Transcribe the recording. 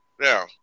Now